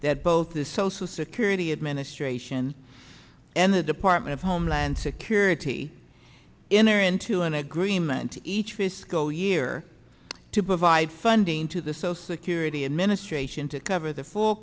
that both the social security administration and the department of homeland security in their into an agreement each fiscal year to provide funding to the so security administration to cover the full